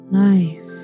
life